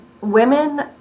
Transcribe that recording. women